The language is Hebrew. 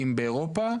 אם באירופה,